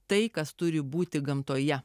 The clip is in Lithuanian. tai kas turi būti gamtoje